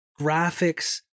graphics